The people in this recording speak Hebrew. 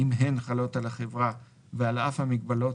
אם הן חלות על החברה ועל אף מגבלות,